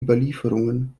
überlieferungen